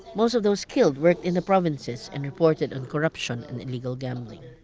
most of those killed worked in the provinces and reported on corruption and illegal gambling.